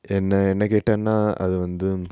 என்ன என்ன கேட்டன்னா அதுவந்து:enna enna ketana athuvanthu mm